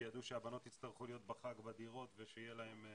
ידעו שהבנות יצטרכו להיות בחג בדירות ושיהיה להן.